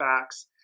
facts